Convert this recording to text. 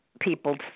people